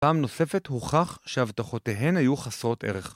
‫בפעם נוספת הוכח ‫שהבטחותיהן היו חסרות ערך.